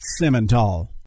Simmental